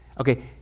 okay